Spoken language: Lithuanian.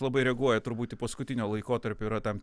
labai reaguoja turbūt į paskutinio laikotarpio yra tam